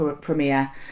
premiere